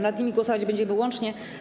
Nad nimi głosować będziemy łącznie.